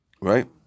Right